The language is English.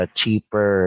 cheaper